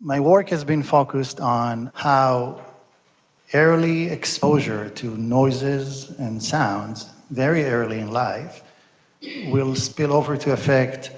my work has been focused on how early exposure to noises and sounds very early in life will spill over to affect